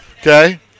Okay